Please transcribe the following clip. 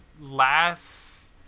last